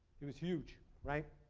it was huge. right?